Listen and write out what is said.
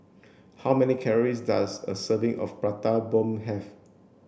how many calories does a serving of Prata Bomb have